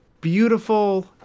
beautiful